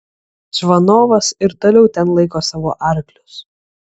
čvanovas ir toliau ten laiko savo arklius